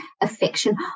affection